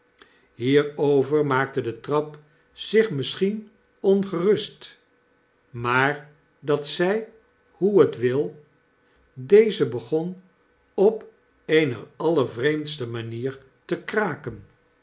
hierover maakte de trap zich misschien ongerust maar dat zjj hoe t wil deze begon op eene allervreemdste manier te kraken